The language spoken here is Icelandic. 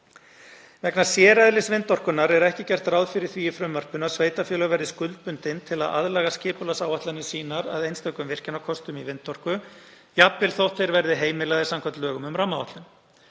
Vegna séreðlis vindorkunnar er ekki gert ráð fyrir því í frumvarpinu að sveitarfélög verði skuldbundin til að aðlaga skipulagsáætlanir sínar að einstökum virkjunarkostum í vindorku jafnvel þótt þeir verði heimilaðir samkvæmt lögum um rammaáætlun.